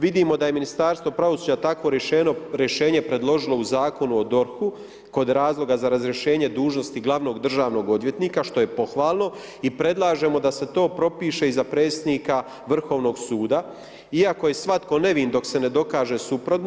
Vidimo da je Ministarstvo pravosuđa takvo rješenje predložilo u Zakonu o DORH-u kod razloga za razriješene dužnosti glavnog državnog odvjetnika, što je pohvalno i predlažemo da se to propiše i za predsjednika Vrhovnog suda, iako je svatko nevin dok se ne dokaže suprotno.